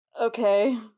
okay